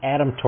Adam